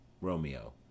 Romeo